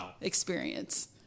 experience